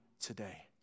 today